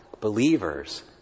believers